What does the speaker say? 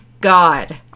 God